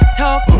talk